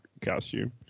costume